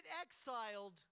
exiled